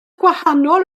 gwahanol